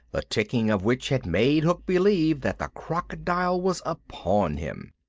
the ticking of which had made hook believe that the crocodile was upon him.